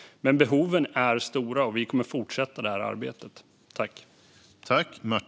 Men behoven är stora, och vi kommer att fortsätta det här arbetet.